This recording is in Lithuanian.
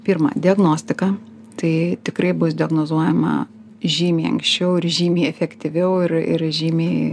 pirma diagnostika tai tikrai bus diagnozuojama žymiai anksčiau ir žymiai efektyviau ir ir žymiai